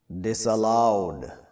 Disallowed